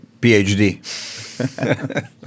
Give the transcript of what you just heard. PhD